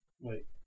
Wait